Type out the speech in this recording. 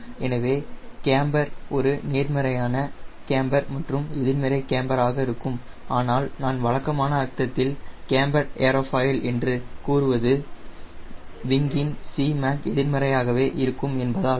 எனவே கேம்பர் ஒரு நேர்மறையான கேம்பர் மற்றும் எதிர்மறை கேம்பர் ஆக இருக்கும் ஆனால் நான் வழக்கமான அர்த்தத்தில் கேம்பர்டு ஏர்ஃபாயில் என்று கூறுவது விங்கின் Cmac எதிர்மறையாகவே இருக்கும் என்பதால்